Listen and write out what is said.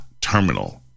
terminal